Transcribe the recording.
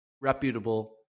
reputable